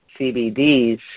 CBDs